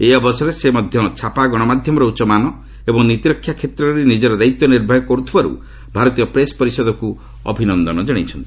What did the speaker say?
ଏହି ଅବସରରେ ସେ ମଧ୍ୟ ଛାପା ଗଣମାଧ୍ୟମର ଉଚ୍ଚ ମାନ ଏବଂ ନୀତିରକ୍ଷା କ୍ଷେତ୍ରରେ ନିଜର ଦାୟିତ୍ୱ ନିର୍ବାହ କରିଥିବାରୁ ଭାରତୀୟ ପ୍ରେସ୍ ପରିଷଦକୁ ଅଭିନନ୍ଦନ ଜଣାଇଛନ୍ତି